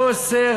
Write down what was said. לא אוסר